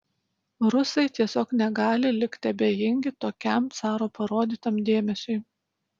rusai tiesiog negali likti abejingi tokiam caro parodytam dėmesiui